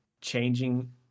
changing